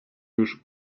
już